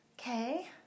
Okay